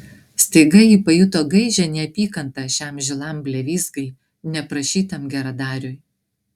staiga ji pajuto gaižią neapykantą šiam žilam blevyzgai neprašytam geradariui